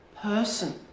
person